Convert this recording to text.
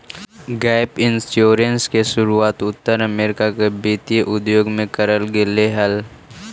gap insurance के शुरुआत उत्तर अमेरिका के वित्तीय उद्योग में करल गेले हलाई